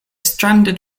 stranded